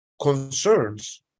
concerns